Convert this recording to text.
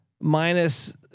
minus